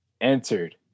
entered